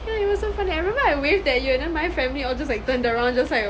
yeah it was so funny I remember I waved at you and then my family all just like turned around just like